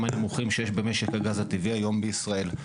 הנמוכים שיש במשק הגז הטבעי היום בישראל.